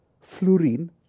fluorine